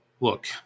Look